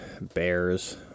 Bears